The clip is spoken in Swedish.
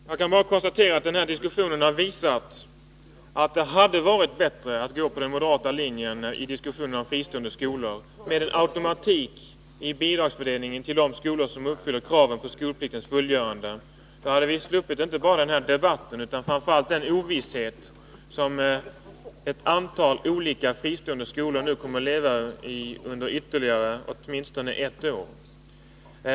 Herr talman! Jag kan bara konstatera att den här diskussionen har visat att det hade varit bättre att gå på den moderata linjen i diskussionen om fristående skolor, med en automatik i bidragsfördelningen till de skolor som uppfyller kraven på skolpliktens fullgörande. Då hade vi sluppit inte bara den här debatten utan framför allt den ovisshet som ett antal fristående skolor nu kommer att leva i under ytterligare åtminstone ett år.